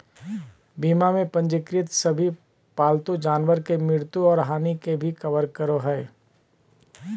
बीमा में पंजीकृत सभे पालतू जानवर के मृत्यु और हानि के भी कवर करो हइ